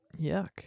Yuck